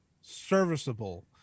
serviceable